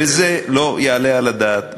וזה לא יעלה על הדעת,